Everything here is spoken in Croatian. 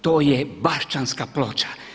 To je Bašćanska ploča.